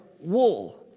wool